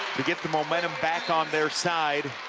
to get the momentum back on their side